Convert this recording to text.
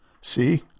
See